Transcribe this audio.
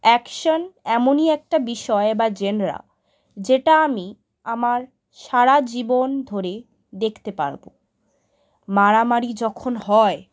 action এমনই একটা বিষয় বা জেনরা যেটা আমি আমার সারা জীবন ধরে দেখতে পারবো মারামারি যখন হয়